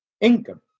income